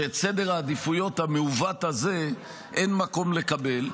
אני חושב שאת סדר העדיפויות המעוות הזה אין מקום לקבל.